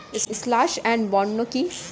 Slash and burn কি?